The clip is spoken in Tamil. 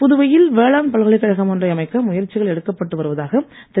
புதுவையில் வேளாண் பல்கலைக்கழகம் ஒன்றை அமைக்க முயற்சிகள் எடுக்கப்பட்டு வருவதாக திரு